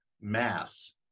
mass